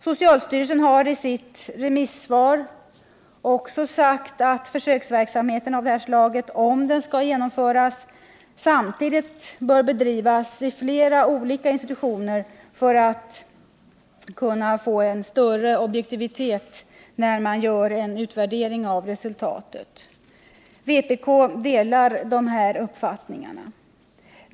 Socialstyrelsen har i sitt remissvar också hävdat att försöksverksamhet av det här slaget, om den skall genomföras, samtidigt bör bedrivas vid flera skilda institutioner för att möjliggöra en större objektivitet i resultatvärderingen. Vpk delar dessa uppfattningar.